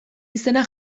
izena